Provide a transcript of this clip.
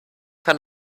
kann